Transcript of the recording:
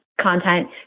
content